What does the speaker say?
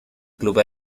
club